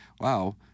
wow